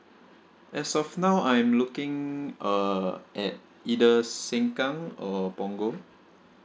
as of now I'm looking uh at either sengkang or punggol